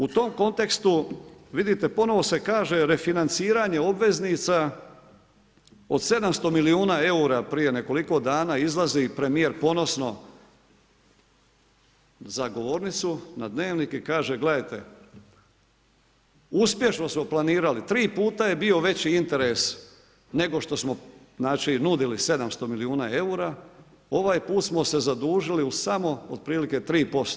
U tok kontekstu, vidite ponovno se kaže, refinanciranje obveznice od 700 milijuna eura, prije nekoliko dana, izlazi premjer ponosno za govornicu, na Dnevnik i kaže gledajte, uspješno smo planirali 3 puta je bio veći interes nego što smo nudili 700 milijuna eura, ovaj put smo se zadužili u smao otprilike 3%